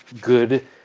good